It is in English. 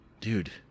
dude